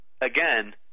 again